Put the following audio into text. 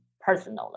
personally